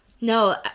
No